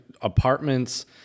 apartments